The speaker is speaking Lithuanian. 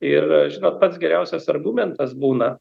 ir žinot pats geriausias argumentas būna